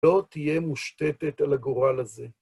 לא תהיה מושתתת על הגורל הזה.